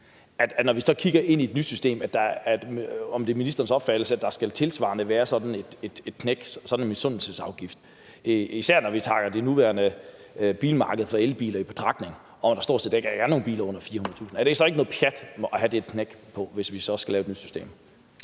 pjat? Når vi kigger ind i et nyt system, er det så ministerens opfattelse, at der tilsvarende skal være sådan et knæk, sådan en misundelsesafgift? Især når vi tager det nuværende marked for elbiler i betragtning, hvor der stort set ikke er nogen biler til under 400.000 kr., er det så ikke noget pjat at have det knæk på, hvis vi skal lave et nyt system?